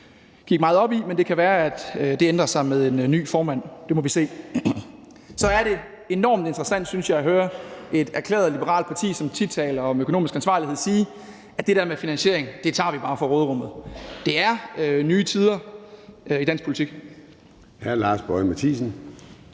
parti gik meget op i. Men det kan være, at det ændrer sig med en ny formand. Det må vi se. Så er det, synes jeg, også enormt interessant at høre et erklæret liberalt parti, som tit taler om økonomisk ansvarlighed, sige, at det der med finansieringen tager vi bare fra råderummet. Det er nye tider i dansk politik.